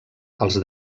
els